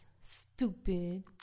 stupid